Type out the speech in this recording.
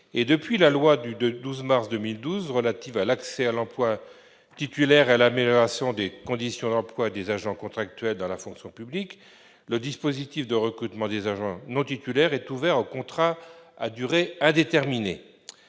Depuis la loi du 12 mars 2012 relative à l'accès à l'emploi titulaire et à l'amélioration des conditions d'emploi des agents contractuels dans la fonction publique, le dispositif de recrutement des agents non titulaires est ouvert aux contrats à durée indéterminée,